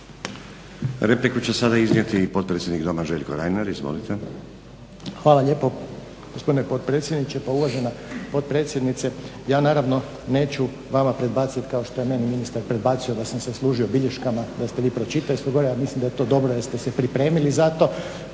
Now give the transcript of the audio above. Repliku će sada iznijeti potpredsjednik Doma Željko Reiner. **Reiner, Željko (HDZ)** Hvala lijepo gospodine predsjedniče. Pa uvažena potpredsjednice, ja naravno neću vama predbaciti kao što je meni ministar prebacio da sam se služio bilješkama koje ste vi pročitali gore, ali mislim da je to dobro što ste se pripremili za to,